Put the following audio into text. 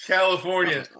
California